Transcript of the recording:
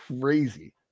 crazy